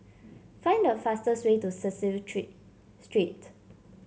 find the fastest way to Cecil Tree Street